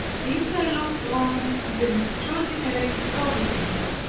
this i looked on as an extraordinary providence.